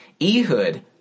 Ehud